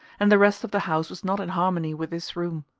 and the rest of the house was not in harmony with this room.